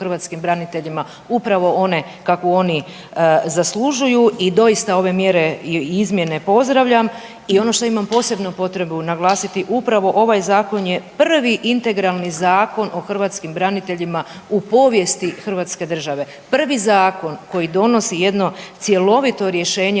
hrvatskim braniteljima, upravo one kako oni zaslužuju i doista ove mjere i izmjene pozdravljam. I ono što imam posebnu potrebu naglasiti, upravo ovaj zakon je prvi integralni Zakon o hrvatskim braniteljima u povijesti hrvatske države. Prvi zakon koji donosi jedno cjelovito rješenje